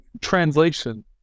translation